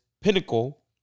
pinnacle